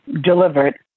delivered